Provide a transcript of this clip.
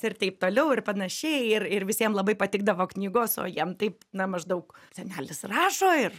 ir taip toliau ir panašiai ir ir visiem labai patikdavo knygos o jiem taip na maždaug senelis rašo ir